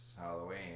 Halloween